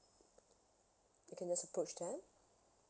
we can just approach them